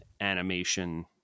animation